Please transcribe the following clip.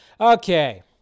okay